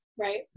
Right